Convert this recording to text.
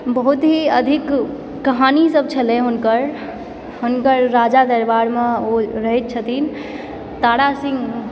बहुत ही अधिक कहानीसभ छलय हुनकर हुनकर राजादरबारमे ओ रहैत छथिन तारासिंह